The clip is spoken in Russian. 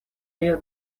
рио